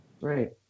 Right